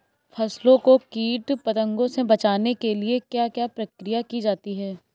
फसलों को कीट पतंगों से बचाने के लिए क्या क्या प्रकिर्या की जाती है?